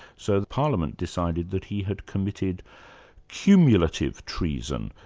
so the parliament decided that he had committed cumulative treason,